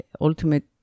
ultimate